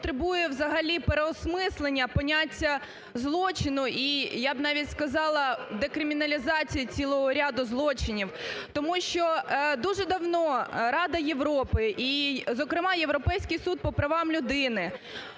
потребує взагалі переосмислення поняття злочину і, я б навіть сказала, декриміналізації цілого ряду злочинів. Тому що дуже давно Рада Європи і, зокрема, Європейський суд по правам людини